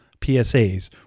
PSAs